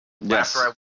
Yes